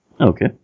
Okay